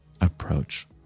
approach